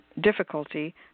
difficulty